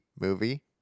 movie